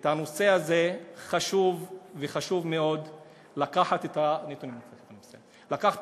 בנושא הזה, חשוב מאוד לקחת את הנתונים האלה,